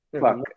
fuck